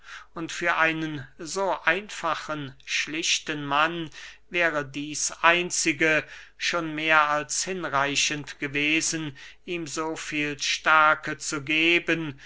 und für einen so einfachen schlichten mann wäre dieß einzige schon mehr als hinreichend gewesen ihm so viel stärke zu geben